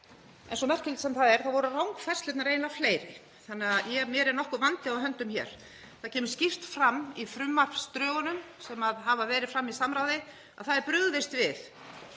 en svo merkilegt sem það er þá voru rangfærslurnar eiginlega fleiri þannig að mér er nokkur vandi á höndum. Það kemur skýrt fram í frumvarpsdrögunum sem hafa verið í samráði að það er brugðist við